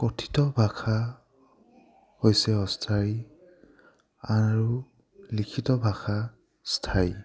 কথিত ভাষা হৈছে অস্থায়ী আৰু লিখিত ভাষা স্থায়ী